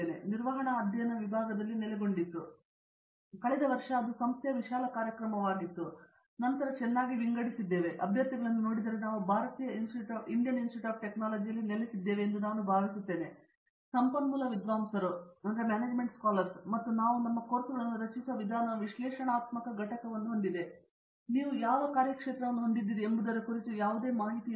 ಇದು ನಿರ್ವಹಣಾ ಅಧ್ಯಯನ ವಿಭಾಗದಲ್ಲಿ ನೆಲೆಗೊಂಡಿತ್ತು ಆದರೆ ಕಳೆದ ವರ್ಷ ಅದು ಸಂಸ್ಥೆಯ ವಿಶಾಲ ಕಾರ್ಯಕ್ರಮವಾಗಿದೆ ಮತ್ತು ಇದು ನಂತರ ಚೆನ್ನಾಗಿ ವಿಂಗಡಿಸಿದೆ ಮತ್ತು ಅಭ್ಯರ್ಥಿಗಳನ್ನು ನೋಡಿದರೆ ನಾವು ಭಾರತೀಯ ಇನ್ಸ್ಟಿಟ್ಯೂಟ್ ಆಫ್ ಟೆಕ್ನಾಲಜಿಯಲ್ಲಿ ನೆಲೆಸಿದ್ದೇವೆ ಎಂದು ನಾನು ಭಾವಿಸುತ್ತೇನೆ ನಮ್ಮ ಸಂಪನ್ಮೂಲ ವಿದ್ವಾಂಸರು ಮತ್ತು ನಾವು ನಮ್ಮ ಕೋರ್ಸ್ಗಳನ್ನು ರಚಿಸುವ ವಿಧಾನವು ವಿಶ್ಲೇಷಣಾತ್ಮಕ ಘಟಕವನ್ನು ಹೊಂದಿದೆ ನೀವು ಯಾವ ಕಾರ್ಯಕ್ಷೇತ್ರವನ್ನು ಹೊಂದಿದ್ದೀರಿ ಎಂಬುದರ ಕುರಿತು ಯಾವುದೇ ಮಾಹಿತಿ ಇಲ್ಲ